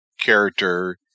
character